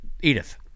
Edith